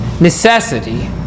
Necessity